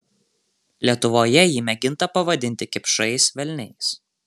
lietuvoje jį mėginta pavadinti kipšais velniais